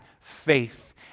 faith